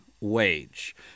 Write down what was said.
wage